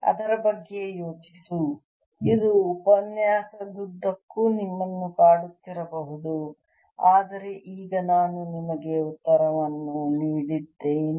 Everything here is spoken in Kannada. ಅದರ ಬಗ್ಗೆ ಯೋಚಿಸು ಇದು ಉಪನ್ಯಾಸದುದ್ದಕ್ಕೂ ನಿಮ್ಮನ್ನು ಕಾಡುತ್ತಿರಬಹುದು ಆದರೆ ಈಗ ನಾನು ನಿಮಗೆ ಉತ್ತರವನ್ನು ನೀಡಿದ್ದೇನೆ